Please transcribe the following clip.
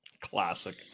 classic